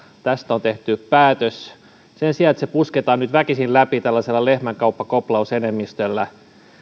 tästä on tehty päätös sen sijaan että se pusketaan nyt väkisin läpi tällaisella lehmänkauppakoplausenemmistöllä